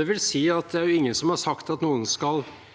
Det vil si at ingen har sagt at noen skal